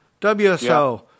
WSO